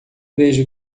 vejo